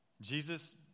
Jesus